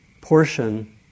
portion